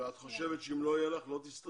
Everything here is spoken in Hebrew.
ואת חושבת שאם לא יהיה לך לא תסתדרי?